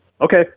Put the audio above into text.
Okay